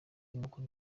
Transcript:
umukuru